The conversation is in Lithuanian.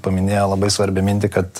paminėjo labai svarbią mintį kad